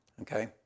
Okay